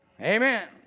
Amen